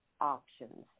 options